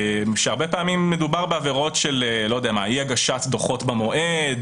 הרבה פעמים מדובר בעבירות כמו אי הגשת דוחות במועד,